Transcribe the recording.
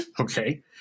okay